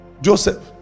Joseph